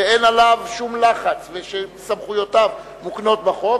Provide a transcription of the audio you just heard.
שאין עליו שום לחץ ושסמכויותיו מוקנות בחוק,